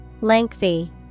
Lengthy